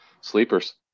sleepers